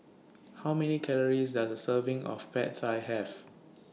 How Many Calories Does A Serving of Pad Thai Have